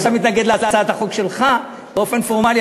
אני עכשיו מתנגד להצעת החוק שלך באופן פורמלי,